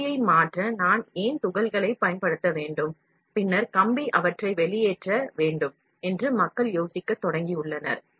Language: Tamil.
கம்பியை மாற்ற நான் ஏன் துகள்களைப் பயன்படுத்த வேண்டும் பின்னர் கம்பி அவற்றை வெளியேற்ற வேண்டும் என்று மக்கள் யோசிக்கத் தொடங்கியுள்ளனர்